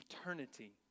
eternity